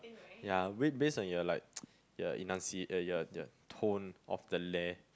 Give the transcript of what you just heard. ya based on your like your enunciate your your tone of the leh